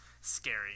scary